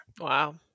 Wow